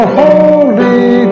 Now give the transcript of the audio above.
holy